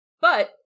But-